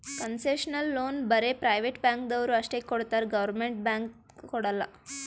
concessional loan ಬರೇ private ಬ್ಯಾಂಕ್ದವ್ರು ಅಷ್ಟೇ ಕೊಡ್ತಾರ್ ಗೌರ್ಮೆಂಟ್ದು ಬ್ಯಾಂಕ್ ಕೊಡಲ್ಲ